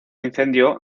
incendio